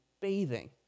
bathing